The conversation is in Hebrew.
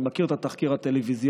אני מכיר את התחקיר הטלוויזיוני,